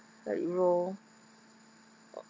like euro